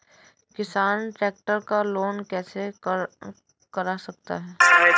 किसान ट्रैक्टर का लोन कैसे करा सकता है?